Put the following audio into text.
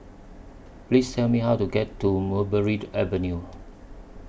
Please Tell Me How to get to Mulberry to Avenue